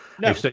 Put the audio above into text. No